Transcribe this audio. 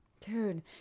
Dude